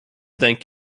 thank